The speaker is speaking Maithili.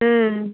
हूँ